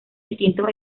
distintos